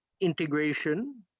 integration